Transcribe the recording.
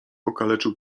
okaleczył